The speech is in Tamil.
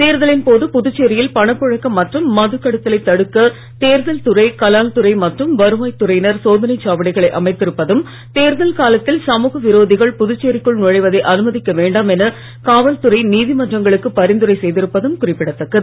தேர்தலின் போது புதுச்சேரியில் பணப் புழக்கம் மற்றும் மதுக் கடத்தலை தடுக்க தேர்தல் துறை கலால் துறை மற்றும் வருவாய் துறையினர் சோதனைச் சாவடிகளை அமைத்திருப்பதும் தேர்தல் காலத்தில் சமூக விரோதிகள் புதுச்சேரிக்குள் நுழைவதை அனுமதிக்க வேண்டாம் என காவல் துறை நீதிமன்றங்களுக்கு பரிந்துரை செய்திருப்பதும் குறிப்பிடத்தக்கது